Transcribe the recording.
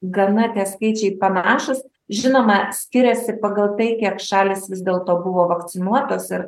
gana tie skaičiai panašūs žinoma skiriasi pagal tai kiek šalys vis dėlto buvo vakcinuotos ir